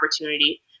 opportunity